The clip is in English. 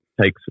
takes